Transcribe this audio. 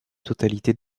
totalité